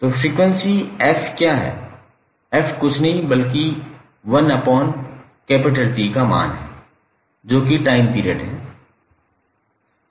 तो frequency f क्या है f कुछ नहीं बल्कि 1 f का मान है जो कि टाइम पीरियड है